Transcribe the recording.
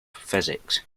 physics